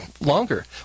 longer